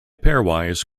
pairwise